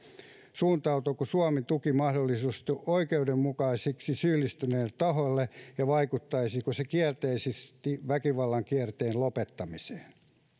suuntautuuko suomen tuki mahdollisesti oikeudenloukkauksiin syyllistyneille tahoille ja vaikuttaisiko se kielteisesti väkivallan kierteen lopettamiseen